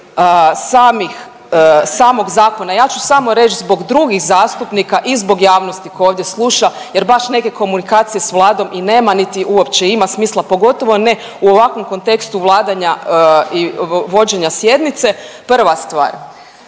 samog zakona ja ću samo reći zbog drugih zastupnika i zbog javnosti koja ovdje sluša jer baš neke komunikacije s Vladom i nema, niti uopće ima smisla pogotovo ne u ovakvom kontekstu vladanja i vođenja sjednice. Prva stvar,